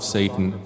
Satan